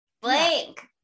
Blank